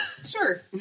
Sure